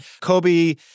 kobe